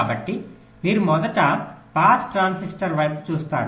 కాబట్టి మీరు మొదట పాస్ ట్రాన్సిస్టర్ వైపు చూస్తారు